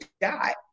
die